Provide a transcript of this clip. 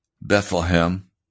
Bethlehem